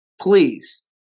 Please